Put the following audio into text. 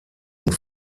und